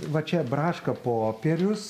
va čia braška popierius